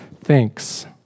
thanks